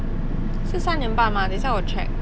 是三点半吗等一下我 check